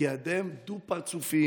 כי אתם דו-פרצופיים,